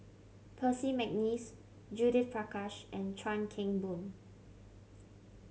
Percy McNeice Judith Prakash and Chuan Keng Boon